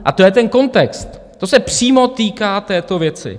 A to je ten kontext, to se přímo týká této věci.